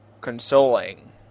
consoling